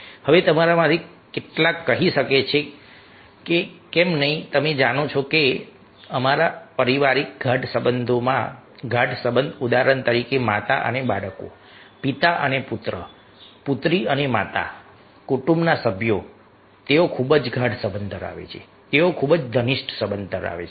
હવે તમારામાંથી કેટલાક કહી શકે છે કે કેમ નહીં તમે જાણો છો કે અમારા પારિવારિક ગાઢ સંબંધોમાં ગાઢ સંબંધ ઉદાહરણ તરીકે માતા અને બાળકો પિતા અને પુત્ર પુત્રી અને માતા કુટુંબના સભ્યો તેઓ ખૂબ જ ગાઢ સંબંધ ધરાવે છે તેઓ ખૂબ જ ઘનિષ્ઠ સંબંધો ધરાવે છે